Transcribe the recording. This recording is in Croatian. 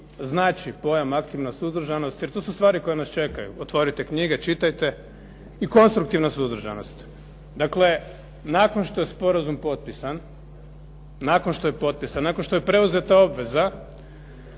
znači pojam aktivna suzdržanost jer to su stvari koje nas čekaju, otvorite knjige, čitajte, i konstruktivna suzdržanost. Dakle, nakon što je sporazum potpisan, nakon što je preuzeta obveza